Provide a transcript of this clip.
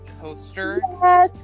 coaster